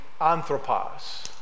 anthropos